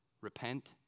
Repent